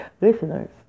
listeners